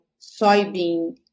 soybean